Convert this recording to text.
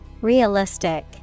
Realistic